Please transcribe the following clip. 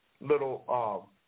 little